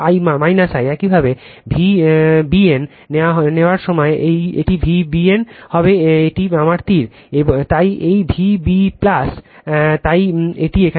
একইভাবে একইভাবে Vbn নেওয়ার সময় এটি Vbn হবে এটি আমার তীর তাই এই Vb তাই এটি এখানে